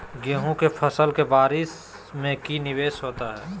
गेंहू के फ़सल के बारिस में की निवेस होता है?